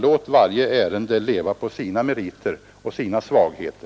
Låt varje ärende leva på sina meriter.